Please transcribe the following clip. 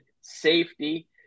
safety